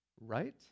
right